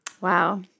Wow